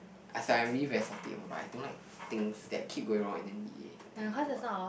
uh sorry I'm really very salty oh-my-god I don't like things that keep going round and then be the time oh-my-god